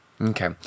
Okay